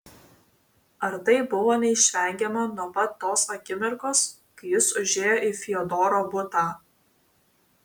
ar tai buvo neišvengiama nuo pat tos akimirkos kai jis užėjo į fiodoro butą